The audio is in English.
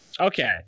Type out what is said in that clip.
okay